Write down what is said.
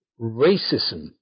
racism